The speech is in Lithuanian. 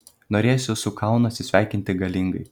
norėjosi su kaunu atsisveikinti galingai